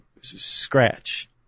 scratch